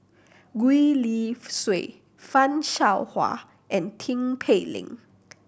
Gwee Li Sui Fan Shao Hua and Tin Pei Ling